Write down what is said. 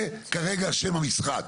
זה כרגע שם המשחק,